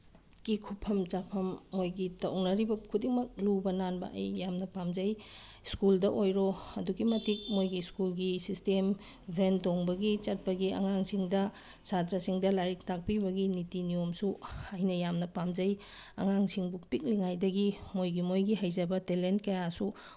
ꯀꯤ ꯈꯨꯐꯝ ꯆꯥꯐꯝ ꯃꯣꯏꯒꯤ ꯇꯧꯅꯔꯤꯕ ꯈꯨꯗꯤꯡꯃꯛ ꯂꯨꯕ ꯅꯥꯟꯕ ꯑꯩ ꯌꯥꯝꯅ ꯄꯥꯝꯖꯩ ꯁ꯭ꯀꯨꯜꯗ ꯑꯣꯏꯔꯣ ꯑꯗꯨꯛꯀꯤ ꯃꯇꯤꯛ ꯃꯣꯏꯒꯤ ꯁ꯭ꯀꯨꯜꯒꯤ ꯁꯤꯁꯇꯦꯝ ꯚꯦꯟ ꯇꯣꯡꯕꯒꯤ ꯆꯠꯄꯒꯤ ꯑꯉꯥꯡꯁꯤꯡꯗ ꯁꯥꯇ꯭ꯔꯁꯤꯡꯗ ꯂꯥꯏꯔꯤꯛ ꯇꯥꯛꯄꯤꯕꯒꯤ ꯅꯤꯇꯤ ꯅꯤꯌꯣꯝꯁꯨ ꯑꯩꯅ ꯌꯥꯝꯅ ꯄꯥꯝꯖꯩ ꯑꯉꯥꯡꯁꯤꯡꯕꯨ ꯄꯤꯛꯂꯤꯉꯥꯏꯗꯒꯤ ꯃꯣꯏꯒꯤ ꯃꯣꯏꯒꯤ ꯍꯩꯖꯕ ꯇꯦꯂꯦꯟ ꯀꯌꯥꯁꯨ